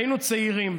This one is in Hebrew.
היינו צעירים.